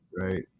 right